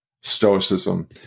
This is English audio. stoicism